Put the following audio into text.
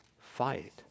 fight